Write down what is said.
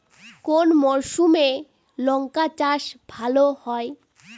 কোন মরশুমে লঙ্কা চাষ ভালো হয়?